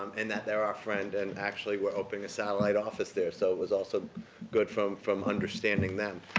and that their our friend and actually we're opening a satellite office there, so it was also good from from understanding them.